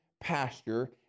pasture